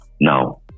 Now